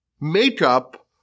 makeup